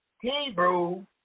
Hebrew